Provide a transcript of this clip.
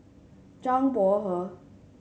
Zhang Bohe